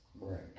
Right